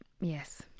Yes